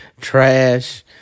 trash